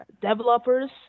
developers